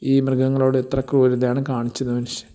ഈ മൃഗങ്ങളോട് എത്ര ക്രൂരതയാണ് കാണിച്ചത് മനുഷ്യൻ